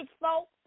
folks